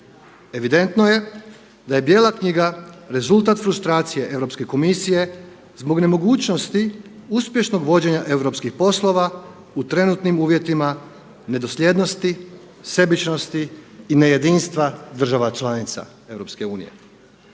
Evidentno je da je Bijela knjiga rezultat frustracije Europske komisije zbog nemogućnosti uspješnog vođenja europskih poslova u trenutnim uvjetima nedosljednosti, sebičnosti i nejedinstva država članica EU.